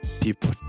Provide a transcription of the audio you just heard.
people